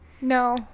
No